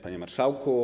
Panie Marszałku!